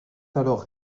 alors